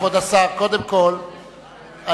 קודם כול,